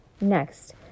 Next